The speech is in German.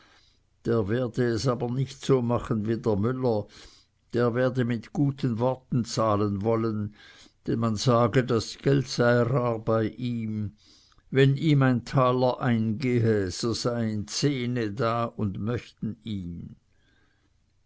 der werde es aber nicht so machen wie der müller der werde mit guten worten zahlen wollen denn man sage das geld sei rar bei ihm wenn ihm ein taler eingehe so seien zehne da und möchten ihn